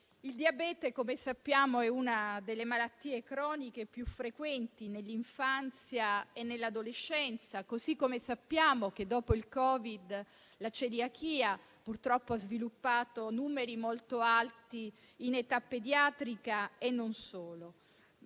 Il diabete, come sappiamo, è una delle malattie croniche più frequenti nell'infanzia e nell'adolescenza. Sappiamo altresì che dopo il Covid la celiachia purtroppo ha sviluppato numeri molto alti in età pediatrica e non solo.